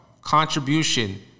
contribution